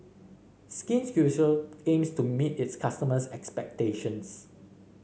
Skin Ceuticals aims to meet its customers' expectations